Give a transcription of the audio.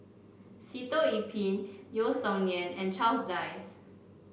Sitoh Yih Pin Yeo Song Nian and Charles Dyce